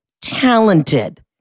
talented